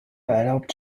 erlaubt